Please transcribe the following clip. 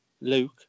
Luke